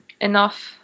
enough